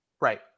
Right